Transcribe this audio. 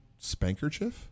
spankerchief